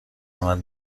عمل